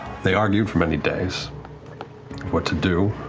they argued for many days what to do